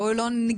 בואו לא ניגע.